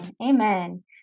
Amen